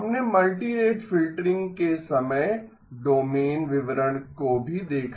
हमने multirate filtering के समय डोमेन विवरण को भी देखा